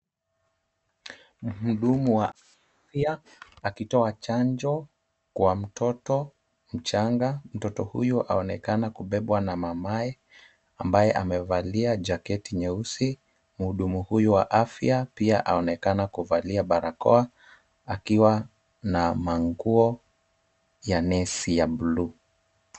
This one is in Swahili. Muhudumu wa afya akitoa chanjo kwa mtoto mchanga. Mtoto huyu aonekana kubebwa na mamaye ambaye amevalia jacket nyeusi. Muhudumu huyu wa afya pia aonekana kuvalia barakoa, akiwa na manguo ya nurse ya blue .